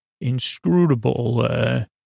Inscrutable